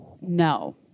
no